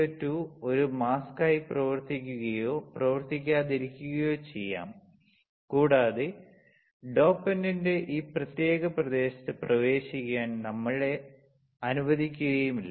SiO2 ഒരു മാസ്കായി പ്രവർത്തിക്കുകയോ പ്രവർത്തിക്കാതിരിക്കുകയോ ചെയ്യാം കൂടാതെ ഡോപന്റിനെ ഈ പ്രത്യേക പ്രദേശത്ത് പ്രവേശിക്കാൻ നമ്മൾ അനുവദിക്കുകയുമില്ല